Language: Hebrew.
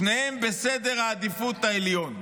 שתיהן בעדיפות העליונה.